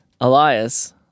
Elias